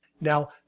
Now